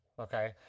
Okay